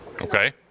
Okay